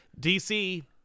DC